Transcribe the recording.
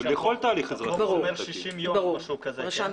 לכל תהליך אזרחי זה --- החוק אומר 60 יום או משהו כזה.